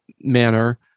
manner